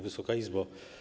Wysoka Izbo!